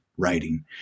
writing